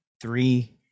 three